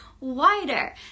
wider